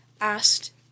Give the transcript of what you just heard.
asked